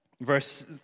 Verse